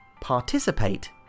Participate